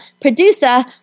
producer